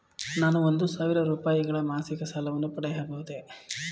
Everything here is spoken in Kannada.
ನಾನು ಒಂದು ಸಾವಿರ ರೂಪಾಯಿಗಳ ಮಾಸಿಕ ಸಾಲವನ್ನು ಪಡೆಯಬಹುದೇ?